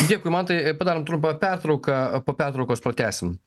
dėkui mantai padarom trumpą pertrauką po pertraukos pratęsim